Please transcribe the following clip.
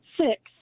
Six